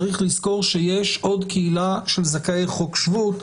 צריך לזכור שיש עוד קהילה של זכאי חוק שבות,